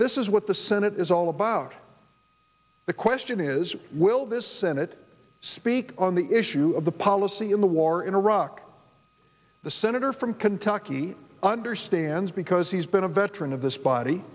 this is what the senate is all about the question is will this senate speak on the issue of the policy in the war in iraq the senator from kentucky understands because he's been a veteran of this body